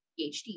PhD